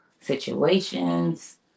situations